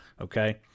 okay